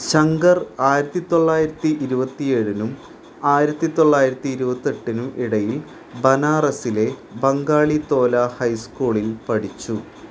ശങ്കർ ആയിരത്തി തൊള്ളായിരത്തി ഇരുപത്തി ഏഴിനും ആയിരത്തി തൊള്ളായിരത്തി ഇരുപത്തി എട്ടിനും ഇടയിൽ ബനാറസിലെ ബംഗാളി തോല ഹൈസ്കൂളിൽ പഠിച്ചു